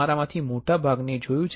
તમારામાથી મોટાભાગનાએ જોયું છે